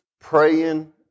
praying